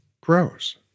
grows